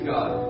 God